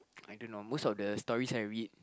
I don't know most of the stories I read